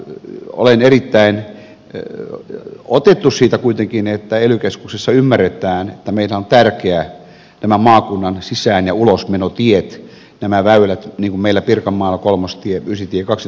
olen kuitenkin erittäin otettu siitä että ely keskuksessa ymmärretään että meille ovat tärkeitä nämä maakunnan sisään ja ulosmenotiet nämä väylät niin kuin meillä pirkanmaalla kolmostie ysitie ja kaksitoistatie